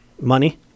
Money